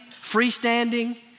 freestanding